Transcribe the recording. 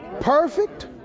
Perfect